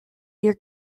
your